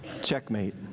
Checkmate